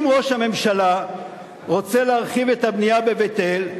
אם ראש הממשלה רוצה להרחיב את הבנייה בבית-אל,